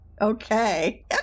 okay